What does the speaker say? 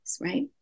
right